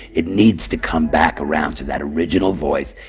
it needs to come back around to that original voice,